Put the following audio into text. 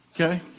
Okay